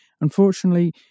Unfortunately